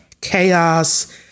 chaos